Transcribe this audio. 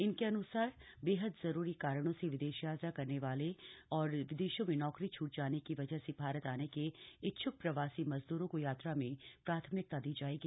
इनके अनुसार बेहद जरूरी कारणों से विदेश यात्रा करने वालों और विदेशों में नौकरी छूट जाने की वजह से भारत आने के इच्छ्क प्रवासी मजदूरों को यात्रा में प्राथमिकता दी जाएगी